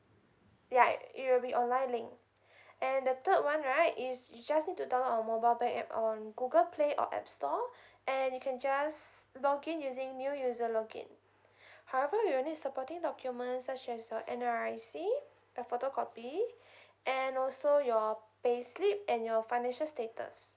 ya it will online link and the third one right is you just need to download our mobile bank app on google play or app store and you can just login using new user login however we will need supporting documents such as your N_R_I_C a photocopy and also your pay slip and your financial status